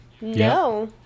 No